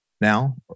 now